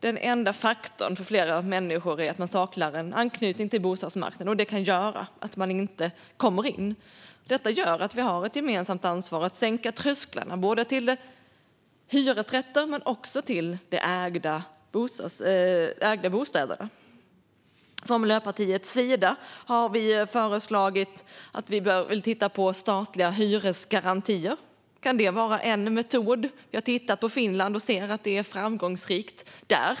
Den gemensamma faktorn för flera av dessa människor är att man saknar en anknytning till bostadsmarknaden, och det kan göra att man inte kommer in. Därför har vi ett gemensamt ansvar att sänka trösklarna både till hyresrätter och till de ägda bostäderna. Från Miljöpartiets sida har vi föreslagit att titta på om statliga hyresgarantier kan vara en metod. Vi har tittat på Finland och sett att det är framgångsrikt där.